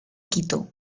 quito